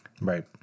Right